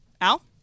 Al